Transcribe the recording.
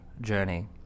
journey